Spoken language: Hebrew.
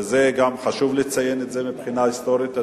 וחשוב לציין את זה מבחינה היסטורית,